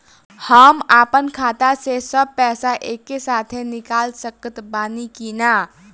हम आपन खाता से सब पैसा एके साथे निकाल सकत बानी की ना?